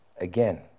again